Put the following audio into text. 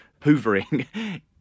hoovering